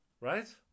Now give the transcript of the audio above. right